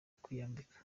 kwiyambika